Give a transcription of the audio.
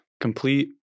complete